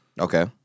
Okay